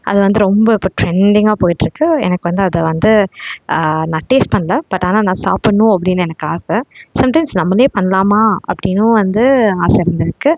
அது வந்து ரொம்ப இப்போ ட்ரெண்டிங்கா போயிட்ருக்கு எனக்கு வந்து அதை வந்து நான் டேஸ்ட் பண்ணல பட் ஆனால் நான் சாப்பிட்ணும் அப்படின்னு எனக்கு ஆசை சம்டைம்ஸ் நம்மளே பண்ணலாமா அப்படின்னும் வந்து ஆசை இருந்துருக்குது